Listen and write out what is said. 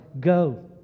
go